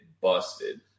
busted